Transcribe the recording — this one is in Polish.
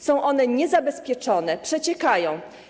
Są one niezabezpieczone, przeciekają.